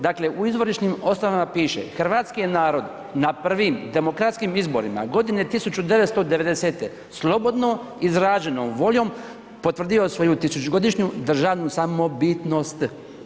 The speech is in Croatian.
Dakle, u izvorišnim osnovama piše, hrvatski narod je na prvim demokratskim izborima godine 1990. slobodno izraženom voljom potvrdio svoju tisućgodišnju državnu samobitnost.